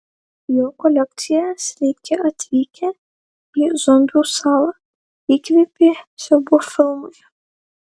jo kolekciją sveiki atvykę į zombių salą įkvėpė siaubo filmai